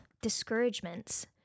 discouragements